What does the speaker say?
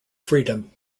freedom